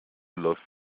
läuft